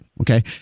Okay